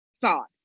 thought